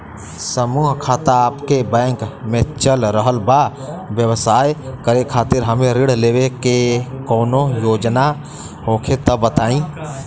समूह खाता आपके बैंक मे चल रहल बा ब्यवसाय करे खातिर हमे ऋण लेवे के कौनो योजना होखे त बताई?